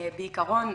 בעיקרון,